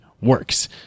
works